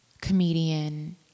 comedian